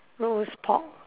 roast pork